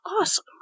awesome